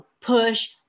push